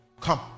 come